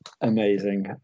amazing